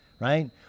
right